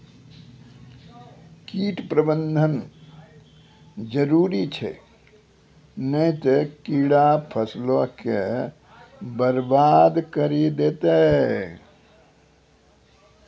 कीट प्रबंधन जरुरी छै नै त कीड़ा फसलो के बरबाद करि देतै